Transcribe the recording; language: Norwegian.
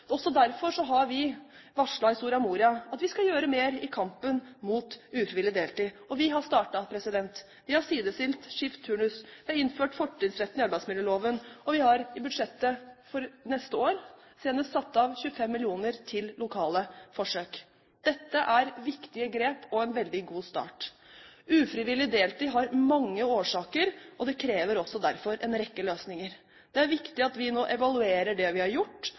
Også derfor har vi varslet i Soria Moria at vi skal gjøre mer i kampen mot ufrivillig deltid. Og vi har startet. Vi har sidestilt skift/turnus, vi har innført fortrinnsretten i arbeidsmiljøloven, og vi har senest i budsjettet for neste år satt av 25 mill. kr til lokale forsøk. Dette er viktige grep, og en veldig god start. Ufrivillig deltid har mange årsaker, og det krever derfor også en rekke løsninger. Det er viktig at vi nå evaluerer det vi har gjort,